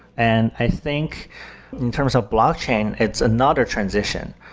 and i think in terms of blockchain, it's another transition.